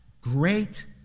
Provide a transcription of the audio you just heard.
great